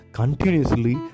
continuously